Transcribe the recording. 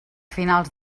finals